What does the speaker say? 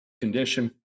condition